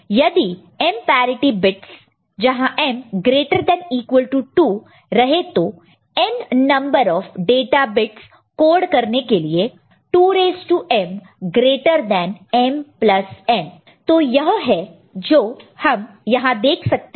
यदि m parity bits m ≥ 2 रहे तो n number of data bits code करने के लिए 2m m n तो यह है जो हम यहां देख सकते हैं